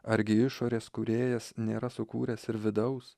argi išorės kūrėjas nėra sukūręs ir vidaus